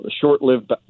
short-lived